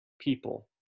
people